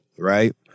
Right